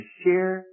share